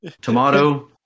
Tomato